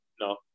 No